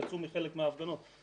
שהוא הניצב הראשון החרדי במשטרת ישראל,